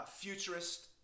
futurist